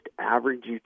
average